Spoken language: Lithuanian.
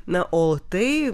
na o tai